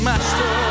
Master